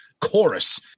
chorus